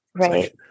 Right